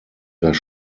das